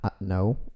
No